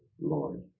Lord